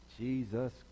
Jesus